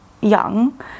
young